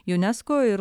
junesko ir